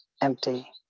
empty